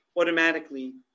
automatically